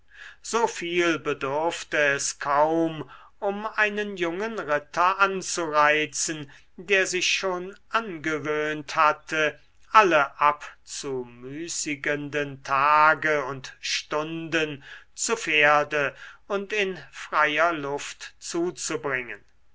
so viel bedurfte es kaum um einen jungen ritter anzureizen der sich schon angewöhnt hatte alle abzumüßigenden tage und stunden zu pferde und in freier luft zuzubringen